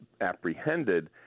apprehended